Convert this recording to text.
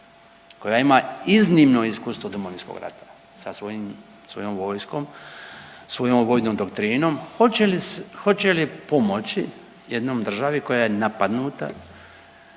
koja ima iznimno iskustvo Domovinskog rata sa svojom vojskom, svojom vojnom doktrinom hoće li pomoći jednoj državi koja je napadnuta,